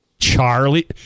Charlie